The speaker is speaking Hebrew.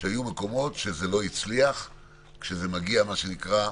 שהיו מקומות שזה לא הצליח כשזה מגיע, מה שנקרא,